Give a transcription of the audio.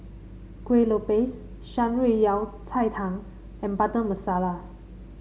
Kuih Lopes Shan Rui Yao Cai Tang and Butter Masala